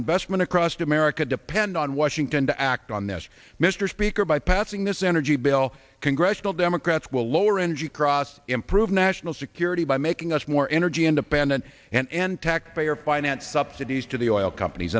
investment across america depend on washington to act on this mr speaker by passing this energy bill congressional democrats will lower energy cross improve national security by making us more energy independent and taxpayer financed subsidies to the oil companies